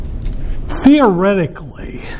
theoretically